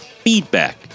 Feedback